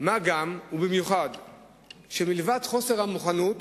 מה גם שמלבד חוסר המוכנות